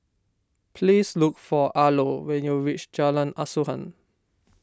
please look for Arlo when you reach Jalan Asuhan